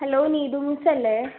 hello Neethu മിസ്സല്ലേ